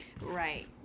right